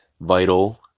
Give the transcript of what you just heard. vital